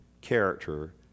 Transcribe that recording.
character